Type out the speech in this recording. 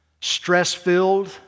stress-filled